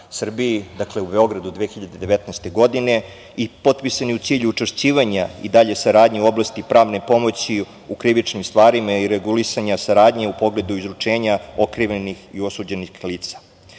dakle u Beogradu 2019. godine. potpisan je u cilju učvršćivanja i dalje saradnje u oblasti pravne pomoći u krivičnim stvarima i regulisanja saradnje u pogledu izručenja okrivljenih i osuđenih lica.